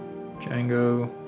Django